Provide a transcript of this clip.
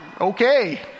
okay